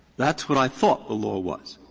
that's what i thought the law was.